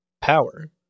power